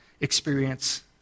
experience